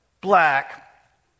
black